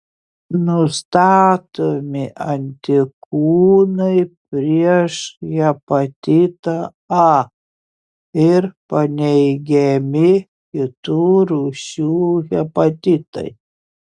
nustatomi antikūnai prieš hepatitą a ir paneigiami kitų rūšių hepatitai